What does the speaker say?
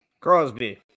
Crosby